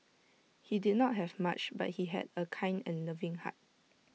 he did not have much but he had A kind and loving heart